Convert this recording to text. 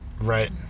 Right